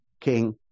king